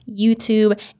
YouTube